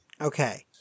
Okay